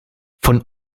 von